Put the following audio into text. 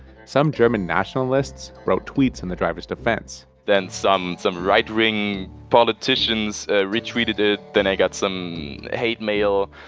some german nationalists wrote tweets in the driver's defense then some some right-wing politicians retweeted it. then i got some hate mail.